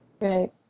Right